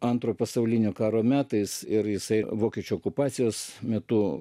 antrojo pasaulinio karo metais ir jisai vokiečių okupacijos metu